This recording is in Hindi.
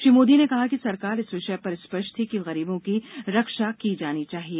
श्री मोदी ने कहा कि सरकार इस विषय पर स्पष्ट थी कि गरीबों की रक्षा की जानी चाहिए